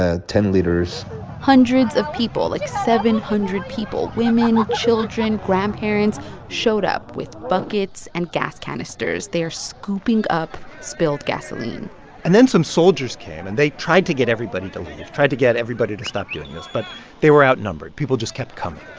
ah ten liters hundreds of people, like, seven hundred people women, children, grandparents showed up with buckets and gas canisters. they're scooping up spilled gasoline and then some soldiers came, and they tried to get everybody to leave, tried to get everybody to stop doing this. but they were outnumbered. people just kept coming.